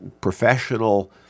professional